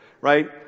right